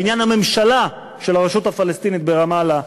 בניין הממשלה של הרשות הפלסטינית ברמאללה,